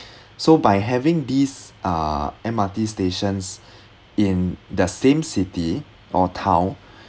so by having these uh M_R_T stations in the same city or town